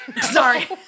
Sorry